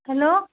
hello